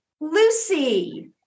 Lucy